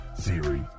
theory